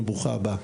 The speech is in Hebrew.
ברוכה הבאה.